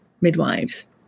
midwives